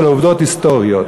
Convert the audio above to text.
אלא עובדות היסטוריות,